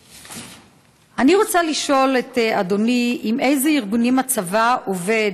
אני רוצה לשאול את אדוני עם אילו ארגונים הצבא עובד,